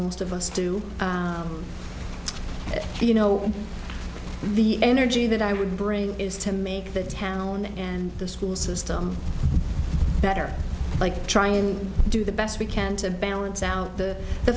most of us do you know the energy that i would bring is to make the town and the school system better like try and do the best we can to balance out the the